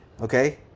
okay